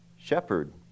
shepherd